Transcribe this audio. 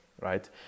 right